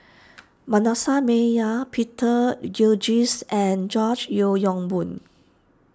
Manasseh Meyer Peter Gilchrist and George Yeo Yong Boon